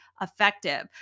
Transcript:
effective